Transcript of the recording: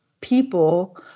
people